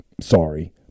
sorry